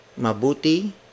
Mabuti